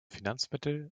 finanzmittel